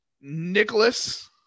Nicholas